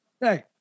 hey